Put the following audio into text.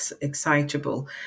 excitable